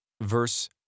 Verse